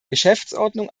geschäftsordnung